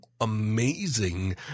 amazing